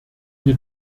wir